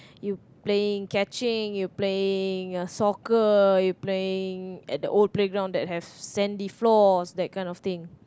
you playing catching you playing uh soccer you playing at the old playground that has sandy floors that kind of thing